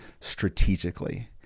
strategically